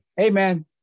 amen